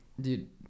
Dude